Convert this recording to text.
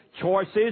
choices